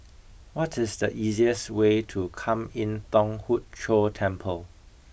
what is the easiest way to Kwan Im Thong Hood Cho Temple